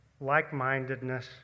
like-mindedness